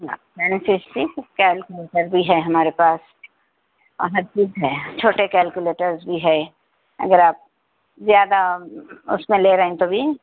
fancy calculator بھی ہے ہمارے پاس اور ہر چیز ہے چھوٹے کلکولیٹرز بھی ہے اگر آپ زیادہ اس میں لے رہیں تو بھی